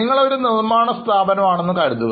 നിങ്ങൾ ഒരു നിർമ്മാണ സ്ഥാപനം ആണെന്ന് കരുതുക